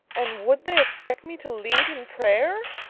and would they expect me to lead in prayer?